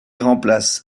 remplace